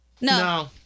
No